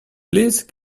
please